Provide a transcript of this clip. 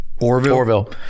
orville